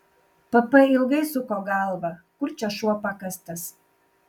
pp ilgai suko galvą kur čia šuo pakastas